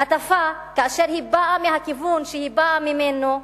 הטפה, כאשר היא באה מהכיוון שהיא באה ממנו,